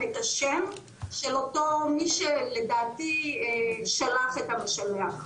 את השם של אותו מי שלדעתי שלח את המשלח.